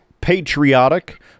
patriotic